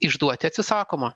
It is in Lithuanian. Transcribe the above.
išduoti atsisakoma